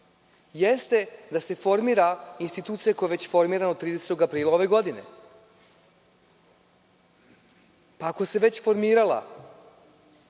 jeste da se formira institucija koja je već formirana 30. aprila ove godine. Ako se već formirala,